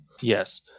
Yes